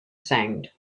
sound